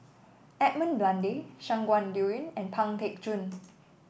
Edmund Blundell Shangguan Liuyun and Pang Teck Joon